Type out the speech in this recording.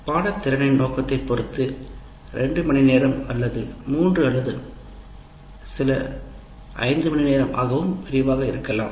பாடத் திறனின் நோக்கத்தைப் பொறுத்து 2 மணிநேரம் அல்லது 3 அல்லது 4 சில நேரங்களில் 5 மணிநேரம் ஆகவும் விரிவாக இருக்கலாம்